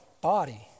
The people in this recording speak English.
body